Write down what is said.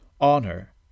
honor